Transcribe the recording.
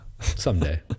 Someday